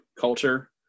culture